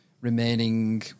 remaining